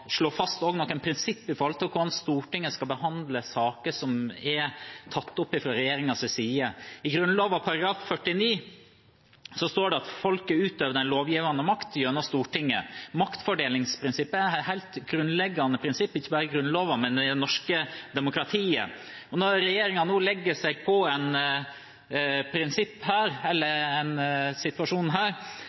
slå fast noen prinsipper når det gjelder hvordan Stortinget skal behandle saker som er tatt opp fra regjeringens side. I Grunnloven § 49 står det: «Folket utøver den lovgjevande makta gjennom Stortinget.» Maktfordelingsprinsippet er et helt grunnleggende prinsipp ikke bare i Grunnloven, men i det norske demokratiet.